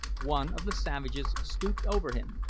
one of the savages stooped over him,